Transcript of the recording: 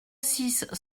six